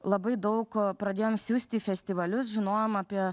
labai daug pradėjom siųst į festivalius žinojom apie